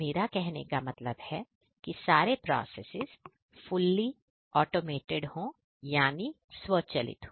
मेरा कहने का मतलब है कि सारे प्रोसेस फुली ऑटोमेटेड हो यानी स्वचालित हो